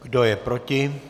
Kdo je proti?